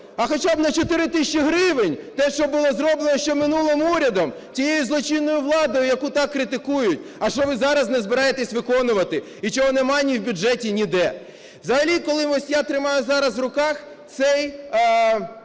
а хоча б на 4 тисячі гривень, те, що було зроблено ще минулим урядом, тією "злочинною владою", яку так критикують, а що ви зараз не збираєтесь виконувати, і чого нема ні в бюджеті, ніде. Взагалі, коли, ось, я тримаю зараз в руках цей